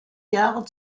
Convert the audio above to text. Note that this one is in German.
jahre